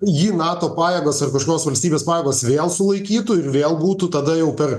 jį nato pajėgos ar kažkokios valstybės pajėgos vėl sulaikytų ir vėl būtų tada jau per